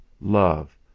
love